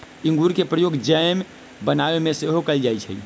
इंगूर के प्रयोग जैम बनाबे में सेहो कएल जाइ छइ